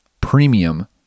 premium